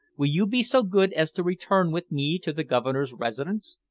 will you be so good as to return with me to the governor's residence?